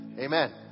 Amen